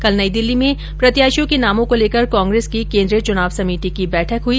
कल नई दिल्ली में प्रत्याशियों के नामों को लेकर कांग्रेस की केन्द्रीय चुनाव समिति की बैठक हुई